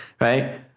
right